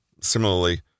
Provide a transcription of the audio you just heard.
Similarly